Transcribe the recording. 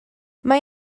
mae